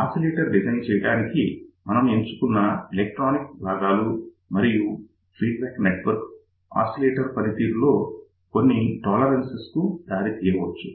oscillator design చేయడానికి మనం ఎంచుకున్న ఎలక్ట్రానిక్ భాగాలు మరియు ఫీడ్ బ్యాక్ నెట్వర్క్ ఆసిలేటర్ పనితీరులో కొన్ని టోలరెన్సెస్ కు దారి తీయవచ్చు